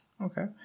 okay